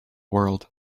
world